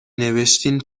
نوشتین